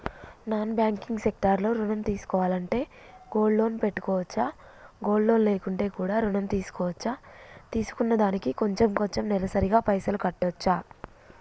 Non banking sector లో ఋణం తీసుకోవాలంటే గోల్డ్ లోన్ పెట్టుకోవచ్చా? గోల్డ్ లోన్ లేకుండా కూడా ఋణం తీసుకోవచ్చా? తీసుకున్న దానికి కొంచెం కొంచెం నెలసరి గా పైసలు కట్టొచ్చా?